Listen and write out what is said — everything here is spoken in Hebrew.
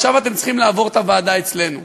עכשיו אתם צריכים לעבור את הוועדה אצלנו.